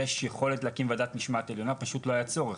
יש יכולת להקים ועדת משמעת, פשוט לא היה צורך.